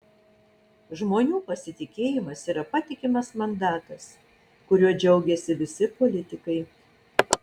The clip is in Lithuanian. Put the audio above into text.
žmonių pasitikėjimas yra patikimas mandatas kuriuo džiaugiasi visi politikai